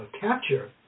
capture